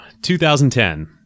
2010